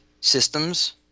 systems